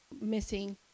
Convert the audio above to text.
missing